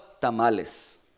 tamales